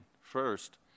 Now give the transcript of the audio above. first